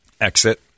Exit